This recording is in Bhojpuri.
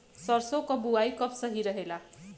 सरसों क बुवाई कब सही रहेला?